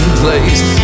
place